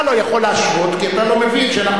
אתה לא יכול להשוות כי אתה לא מבין שאנחנו